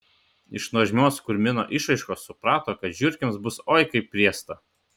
iš nuožmios kurmino išraiškos suprato kad žiurkėms bus oi kaip riesta